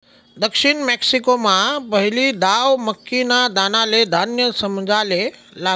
दक्षिण मेक्सिकोमा पहिली दाव मक्कीना दानाले धान्य समजाले लागनात